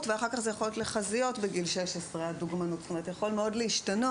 ואחר כך זה יכול להיות לחזיות בגיל 16. זאת אומרת זה יכול מאוד להשתנות.